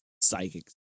Psychics